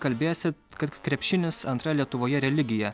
kalbėsit kad krepšinis antra lietuvoje religija